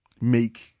make